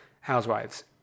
Housewives